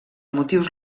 motius